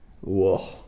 Whoa